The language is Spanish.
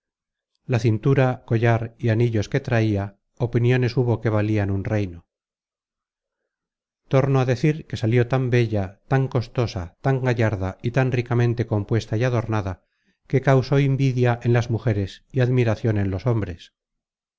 la cintura collar y anillos que traia opiniones hubo que valian un reino torno á decir que salió tan bella tan costosa tan gallarda y tan ricamente compuesta y adornada que causó invidia en las mujeres y admiracion en los hombres